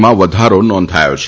માં વધારો નોંધાયો છે